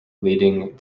leading